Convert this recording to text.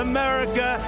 America